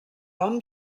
hom